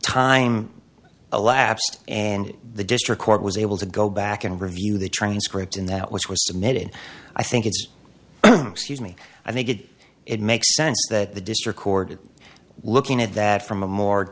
elapsed and the district court was able to go back and review the transcript in that which was submitted i think it's excuse me i think it it makes sense that the district cord looking at that from a more